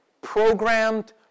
programmed